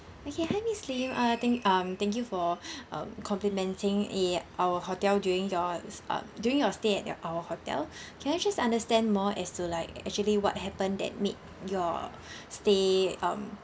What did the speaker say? okay hi miss lim uh thank um thank you for um complimenting our hotel during your s~ um during your stay at their our hotel can I just understand more as to like actually what happen that made your stay um